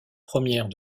premières